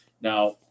Now